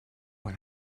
what